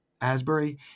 Asbury